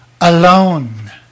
Alone